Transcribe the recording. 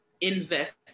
invest